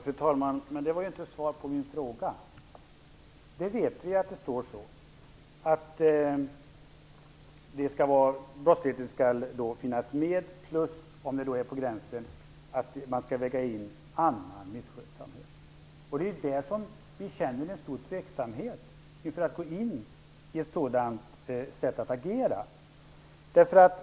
Fru talman! Det var inte ett svar på min fråga. Vi vet att det står att brottsligheten skall tas med. Dessutom skall man, om det är ett gränsfall, lägga till annan misskötsamhet. Det är inför detta sätt att agera som vi känner en stor tveksamhet.